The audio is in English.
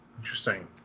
Interesting